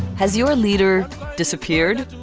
has your leader disappeared?